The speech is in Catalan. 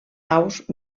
aus